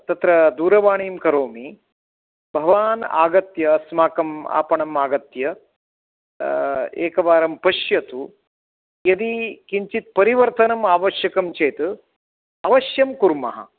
तत्र दूरवाणीं करोमि भवान् आगत्य अस्माकम् आपणम् आगत्य एकवारं पश्यतु यदि किञ्चित् परिवर्तनम् आवश्यकं चेत् अवश्यं कुर्मः